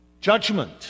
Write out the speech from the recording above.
judgment